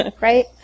Right